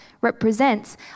represents